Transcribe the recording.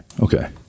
okay